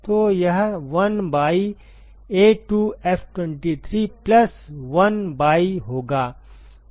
तो यह 1 by A2F23 plus 1 by होगा